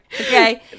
okay